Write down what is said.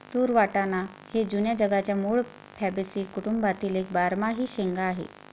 तूर वाटाणा हे जुन्या जगाच्या मूळ फॅबॅसी कुटुंबातील एक बारमाही शेंगा आहे